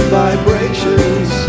vibrations